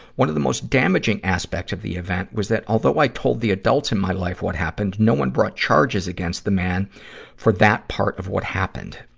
one of the most damaging aspects of the event was that, although i told the adults in my life what happened, no one brought charges against the man for that part of what happened.